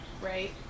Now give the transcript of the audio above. right